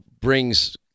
brings